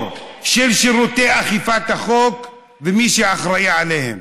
של שירותי אכיפת החוק ומי שאחראי להם,